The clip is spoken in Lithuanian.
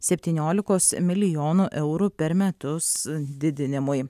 septyniolikos milijonų eurų per metus didinimui